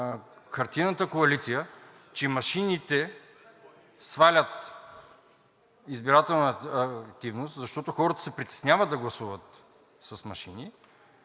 хартиената коалиция, че машините свалят избирателната активност, защото хората се притесняват да гласуват с машини,